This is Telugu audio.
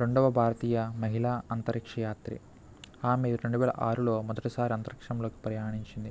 రెండవ భారతీయ మహిళా అంతరిక్ష యాత్రి ఆమె రెండు వేల ఆరులో మొదటిసారి అంతరిక్షంలోకి ప్రయాణించింది